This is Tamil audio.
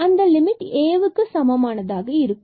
அந்த லிமிட் Aக்கு சமமாக இருக்கும்